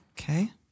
Okay